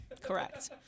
Correct